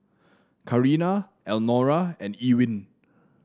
Karina Elnora and Ewin